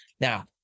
Now